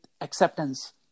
acceptance